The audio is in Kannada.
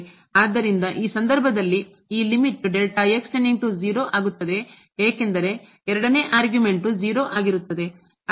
ಆದ್ದರಿಂದ ಈ ಸಂದರ್ಭದಲ್ಲಿ ಈ ಆಗುತ್ತದೆ ಏಕೆಂದರೆ ಎರಡನೇ ಆರ್ಗ್ಯುಮೆಂಟ್ 0 ಆಗಿರುತ್ತದೆ